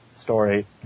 story